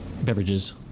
beverages